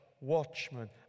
watchmen